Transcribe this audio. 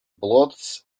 blots